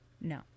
no